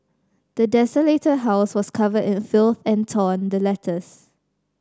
the desolated house was covered in filth and torn the letters